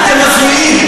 תגן על,